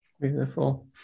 Beautiful